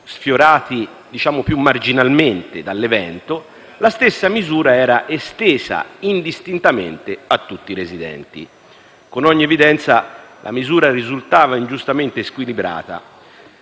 Rosignano, toccati più marginalmente dall'evento, la stessa misura era estesa indistintamente a tutti i residenti. Con ogni evidenza la misura risultava ingiustamente squilibrata,